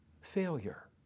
failure